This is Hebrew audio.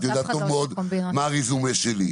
את יודעת טוב מאוד מה הרזומה שלי.